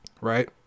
Right